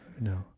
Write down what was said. no